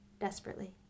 desperately